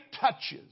touches